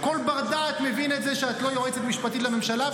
כל בר-דעת מבין את זה שאת לא יועצת משפטית לממשלה,